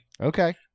Okay